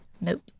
Nope